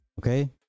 Okay